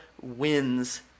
wins